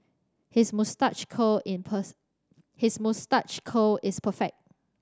his moustache curl in his moustache curl is perfect